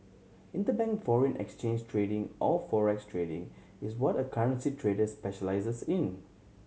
interbank foreign exchange trading or forex trading is what a currency trader specialises in